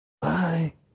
Bye